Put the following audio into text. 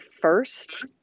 first